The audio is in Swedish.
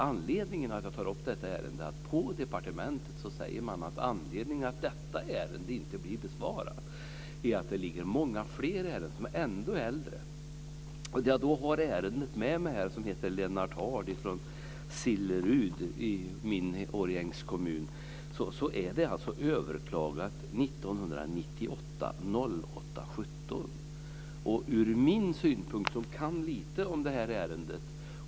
Anledningen till att jag tar upp detta ärende är att man på departementet säger att orsaken till att det inte blir besvarat är att det ligger många fler ärenden som är ännu äldre. Jag har ärendet med mig här. Det gäller Lennart Hard från Sillerud i min hemkommun Årjäng. Det ärendet är överklagat den 17 augusti 1998. Jag kan lite om det här ärendet.